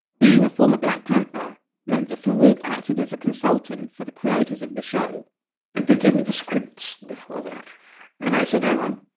being a former black panther meant that farrukh acted as a consultant for the creators of the show they gave me the scripts before that and i said hang on,